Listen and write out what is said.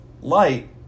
light